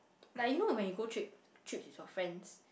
like you know when you go trip trip with your friends